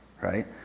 Right